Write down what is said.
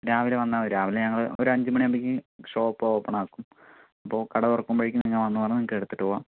രാവിലെ വന്നാൽ മതി രാവിലെ ഞങ്ങള് ഒരു അഞ്ചുമണിയാവുമ്പോഴേക്ക് ഷോപ് ഓപ്പണാകും അപ്പോൾ കട തുറക്കുമ്പഴേക്കും നിങ്ങൾ വന്നാൽ നിങ്ങൾക്ക് എടുത്തിട്ട് പോവാം